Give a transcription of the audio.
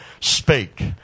spake